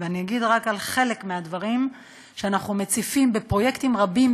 ואני אגיד רק חלק מהדברים שאנחנו מציפים בפרויקטים רבים,